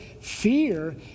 fear